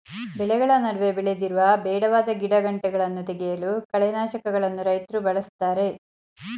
ಬೆಳೆಗಳ ನಡುವೆ ಬೆಳೆದಿರುವ ಬೇಡವಾದ ಗಿಡಗಂಟೆಗಳನ್ನು ತೆಗೆಯಲು ಕಳೆನಾಶಕಗಳನ್ನು ರೈತ್ರು ಬಳ್ಸತ್ತರೆ